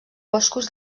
boscos